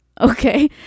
Okay